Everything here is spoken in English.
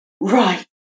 Right